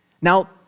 Now